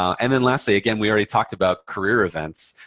and then lastly, again, we already talked about career events.